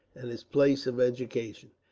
and his place of education.